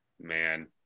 Man